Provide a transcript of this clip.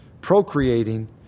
procreating